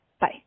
Bye